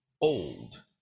old